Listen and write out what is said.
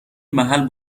محل